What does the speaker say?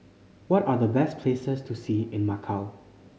what are the best places to see in Macau